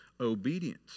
obedience